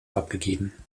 abgegeben